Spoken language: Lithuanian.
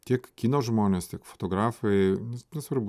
tiek kino žmonės tiek fotografai nesvarbu